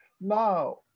Now